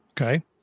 Okay